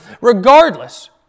regardless